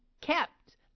kept